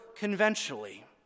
conventionally